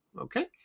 okay